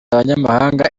abanyamahanga